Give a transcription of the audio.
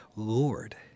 Lord